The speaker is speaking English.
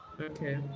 Okay